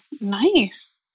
nice